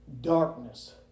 Darkness